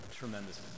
tremendous